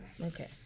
Okay